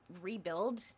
rebuild